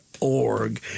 org